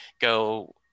go